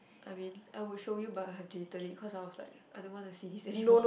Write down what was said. I mean I will show you but I have deleted it cause I was like I don't wanna see this anymore